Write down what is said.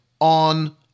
on